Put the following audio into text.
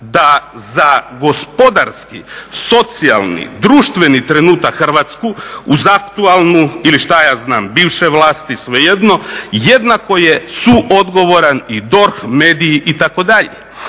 da za gospodarski, socijalni, društveni trenutak Hrvatske uz aktualnu ili šta je znam bivše vlasti svejedno, jednako je suodgovoran i DORH, mediji itd..